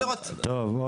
בסדר.